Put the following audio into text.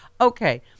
Okay